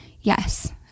yes